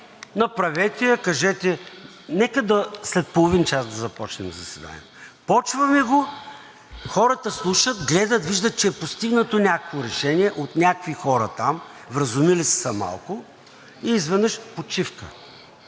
направете я, кажете: „Нека след половин час да започнем заседанието.“ Започваме го, хората слушат, гледат, виждат, че е постигнато някакво решение от някакви хора там, вразумили са се малко, и изведнъж почивка.